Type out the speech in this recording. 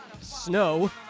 snow